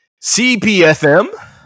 cpfm